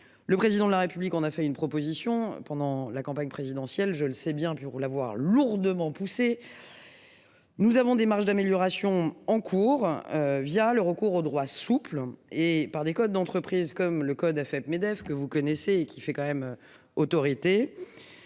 Le président de la République, on a fait une proposition pendant la campagne présidentielle, je le sais bien roule avoir lourdement poussé. Nous avons des marges d'amélioration en cours via le recours au droit souple et par des Côtes d'entreprises comme le code Afep-Medef que vous connaissez et qui fait quand même autorité.